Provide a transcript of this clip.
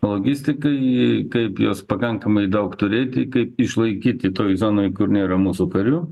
logistikai kaip juos pakankamai daug turėti kaip išlaikyti toj zonoj kur nėra mūsų karių